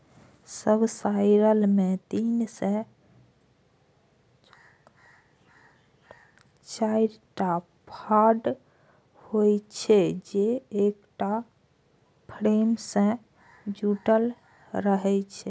subsoiler मे तीन से चारिटा फाड़ होइ छै, जे एकटा फ्रेम सं जुड़ल रहै छै